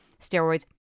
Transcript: steroids